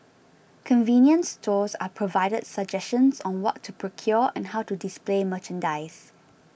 convenience stores are provided suggestions on what to procure and how to display merchandise